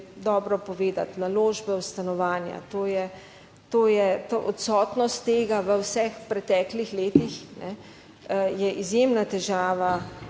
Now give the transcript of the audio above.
dobro povedati, naložbe v stanovanja. To je, to je, ta odsotnost tega v vseh preteklih letih je izjemna težava